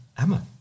Emma